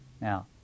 Now